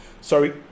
sorry